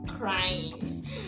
crying